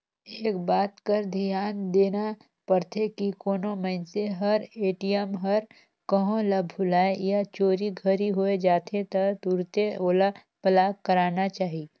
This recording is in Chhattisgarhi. एक बात कर धियान देना परथे की कोनो मइनसे हर ए.टी.एम हर कहों ल भूलाए या चोरी घरी होए जाथे त तुरते ओला ब्लॉक कराना चाही